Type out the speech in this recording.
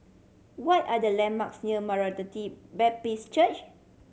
what are the landmarks near Maranatha Baptist Church